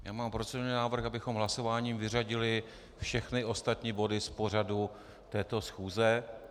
Já mám procedurální návrh, abychom hlasováním vyřadili všechny ostatní body z pořadu této schůze.